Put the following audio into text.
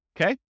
Okay